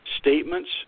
statements